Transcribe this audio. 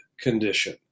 condition